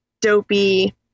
Dopey